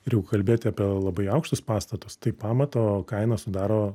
ir jau kalbėti apie labai aukštus pastatus tai pamato kaina sudaro